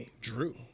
Drew